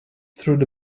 through